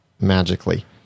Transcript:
magically